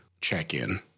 check-in